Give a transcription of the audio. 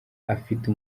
afite